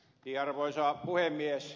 arvoisa puhemies